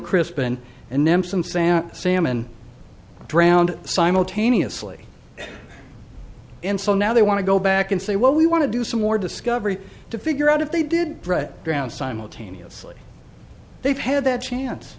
sand salmon drowned simultaneously and so now they want to go back and say what we want to do some more discovery to figure out if they did drown simultaneously they've had that chance